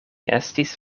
estis